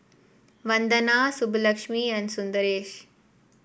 Vandana Subbulakshmi and Sundaresh